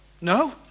No